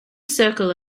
circle